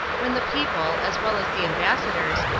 when the people, as well as the ambassadors,